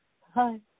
Hi